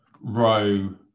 row